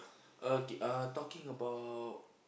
okay uh talking about